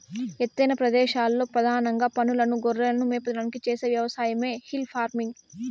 ఎత్తైన ప్రదేశాలలో పధానంగా పసులను, గొర్రెలను మేపడానికి చేసే వ్యవసాయమే హిల్ ఫార్మింగ్